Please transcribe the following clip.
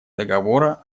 договора